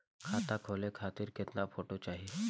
खाता खोले खातिर केतना फोटो चाहीं?